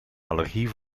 allergie